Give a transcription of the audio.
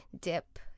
dip